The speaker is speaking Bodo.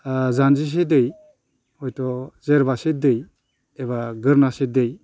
जानजिसे दै हयथ' जेरबासे दै एबा गोदोनासे दै